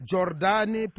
Jordani